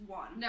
one